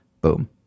Boom